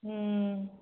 ம்